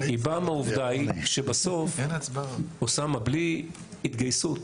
היא באה מהעובדה שבסוף, אוסאמה, בלי התגייסות